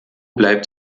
bleibt